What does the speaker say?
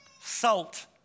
salt